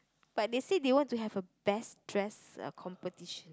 but they say they want to have a best dress uh competition